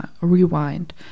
rewind